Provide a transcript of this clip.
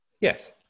Yes